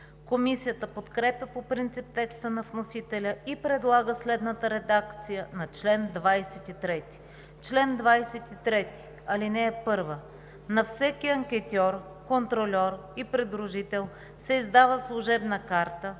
Комисията подкрепя по принцип текста на вносителя и предлага следната редакция на чл. 23: „Чл. 23. (1) На всеки анкетьор, контрольор и придружител се издава служебна карта,